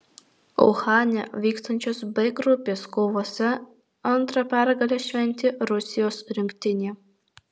uhane vykstančiose b grupės kovose antrą pergalę šventė rusijos rinktinė